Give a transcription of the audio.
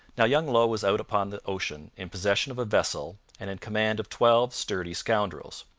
now young low was out upon the ocean in possession of a vessel and in command of twelve sturdy scoundrels,